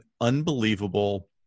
unbelievable